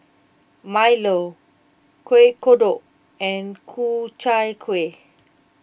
Milo Kuih Kodok and Ku Chai Kuih